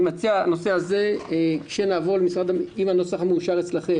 אני מציע שבנושא הזה כשנעבור עם הנוסח המאושר אצלכם